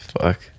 Fuck